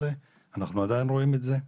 אנחנו עדיין רואים את זה,